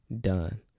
done